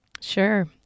Sure